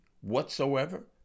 whatsoever